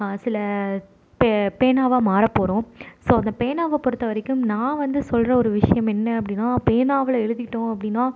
சில பே பேனாவாக மாறப்போகிறோம் ஸோ அதை பேனாவை பொறுத்த வரைக்கும் நான் வந்து சொல்கிற ஒரு விஷயம் என்ன அப்படின்னா பேனாவில் எழுதிவிட்டோம் அப்படின்னா